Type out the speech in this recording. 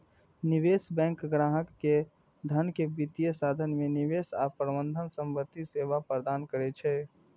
निवेश बैंक ग्राहक केर धन के वित्तीय साधन मे निवेश आ प्रबंधन संबंधी सेवा प्रदान करै छै